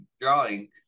drawing